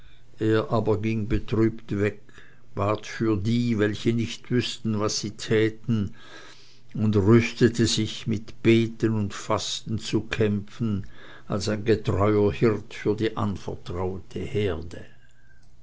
aber ging betrübt weg bat für die welche nicht wüßten was sie täten und rüstete sich mit beten und fasten zu kämpfen als ein getreuer hirt für die anvertraute herde